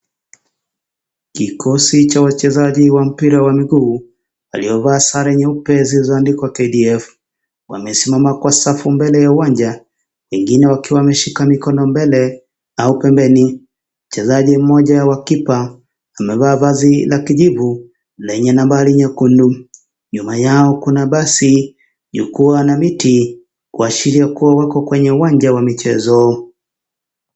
Kikosi cha wachezaji wa mpira wa miguu waliovaa sare zilizoandikwa Kdf , wamesimama kwa safu mbele ya uwanja wengine wakiwa wameshika mikono mbele au pembeni. Mchezaji mmoja wa kipa amevaa vazi la rangi kijivu lenye nambari nyekundu . Nyuma yao kjuna basi, jukwaa na miti kuashiria kuwa wako katika uwanja wa mchezo.